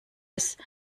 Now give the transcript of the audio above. des